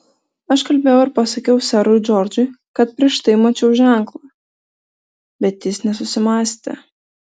aš kalbėjau ir pasakiau serui džordžui kad prieš tai mačiau ženklą bet jis nesusimąstė